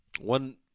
One